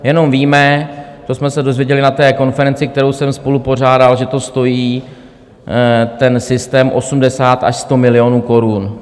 Jenom víme, to jsme se dozvěděli na té konferenci, kterou jsem spolupořádal, že stojí ten systém 80 až 100 milionů korun.